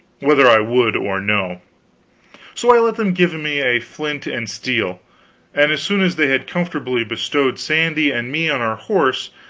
whether i would or no so i let them give me a flint and steel and as soon as they had comfortably bestowed sandy and me on our horse,